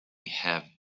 have